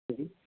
جی